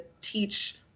teach